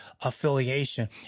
affiliation